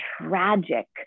tragic